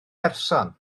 person